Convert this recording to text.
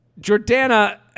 Jordana